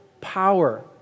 power